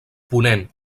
ponent